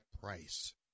price